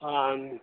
आं